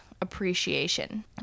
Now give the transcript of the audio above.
appreciation